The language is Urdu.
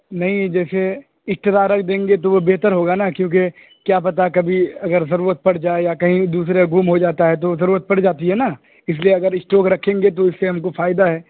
نہیں جیسے ایکسترا رکھ دیں گے تو وہ بہتر ہوگا نا کیونکہ کیا پتا کبھی اگر ضرورت پڑ جائے یا کہیں دوسرا گم ہو جاتا ہے تو ضرورت پڑ جاتی ہے نا اس لیے اگر اسٹاک رکھیں گے تو اس سے ہم کو فائدہ ہے